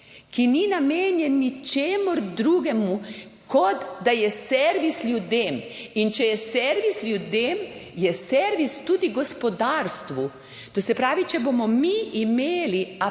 ki ni namenjen ničemur drugemu, kot da je servis ljudem, in če je servis ljudem, je servis tudi gospodarstvu. To se pravi, če bomo mi imeli apatičen